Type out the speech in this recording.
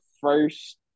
first